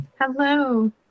Hello